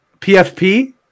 PFP